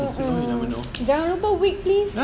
mmhmm jangan lupa wig please